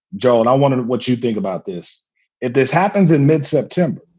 joe, and i wondered what you think about this if this happens in mid-september.